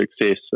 success